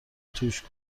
توش